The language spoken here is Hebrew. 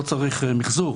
לא צריך מחזור,